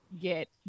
get